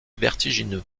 vertigineux